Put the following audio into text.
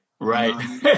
Right